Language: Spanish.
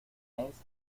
tenéis